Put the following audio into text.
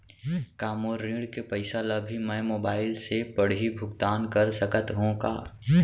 का मोर ऋण के पइसा ल भी मैं मोबाइल से पड़ही भुगतान कर सकत हो का?